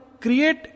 create